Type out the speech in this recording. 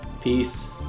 peace